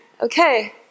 Okay